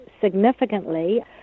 significantly